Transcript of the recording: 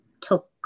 took